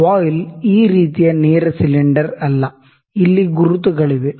ವಾಯ್ಲ್ ಈ ರೀತಿಯ ನೇರ ಸಿಲಿಂಡರ್ ಅಲ್ಲ ಇಲ್ಲಿ ಗುರುತುಗಳಿವೆ